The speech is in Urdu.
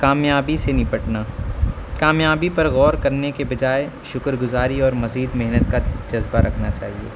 کامیابی سے نپٹنا کامیابی پر غرور کرنے کے بجائے شکر گزاری اور مزید محنت کا جذبہ رکھنا چاہیے